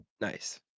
Nice